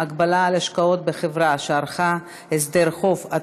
הגבלה על השקעות בחברה שערכה הסדר חוב),